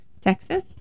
Texas